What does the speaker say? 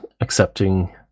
accepting